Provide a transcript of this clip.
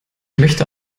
möchte